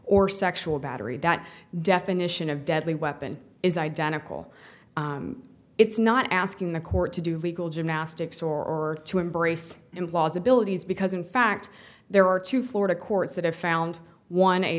or sexual battery that definition of deadly weapon is identical it's not asking the court to do legal gymnastics or to embrace implausibilities because in fact there are two florida courts that have found one a